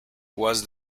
was